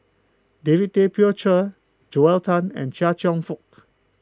David Tay Poey Cher Joel Tan and Chia Cheong Fook